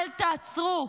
אל תעצרו,